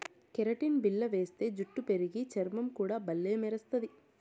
keratin బిల్ల వేస్తే జుట్టు పెరిగి, చర్మం కూడా బల్లే మెరస్తది